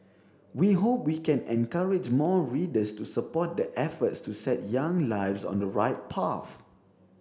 we hope we can encourage more readers to support the efforts to set young lives on the right path